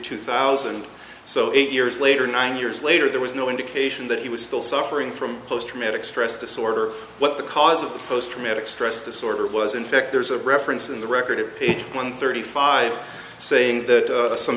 two thousand so eight years later nine years later there was no indication that he was still suffering from post traumatic stress disorder what the cause of the post traumatic stress disorder was in fact there's a reference in the record at one thirty five saying that some